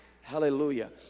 Hallelujah